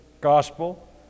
gospel